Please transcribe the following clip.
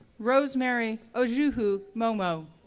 rosemary oziohu momoh,